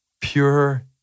pure